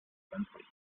countries